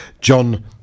John